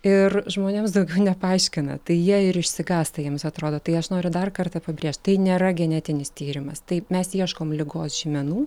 ir žmonėms daugiau nepaaiškina tai jie ir išsigąsta jiems atrodo tai aš noriu dar kartą pabrėžt tai nėra genetinis tyrimas taip mes ieškom ligos žymenų